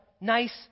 nice